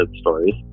stories